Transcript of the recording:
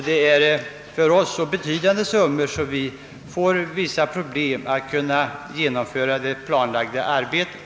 Det är för oss så betydande summor att vi får vissa problem att kunna genomföra det planlagda arbetet.